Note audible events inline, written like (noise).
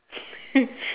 (laughs)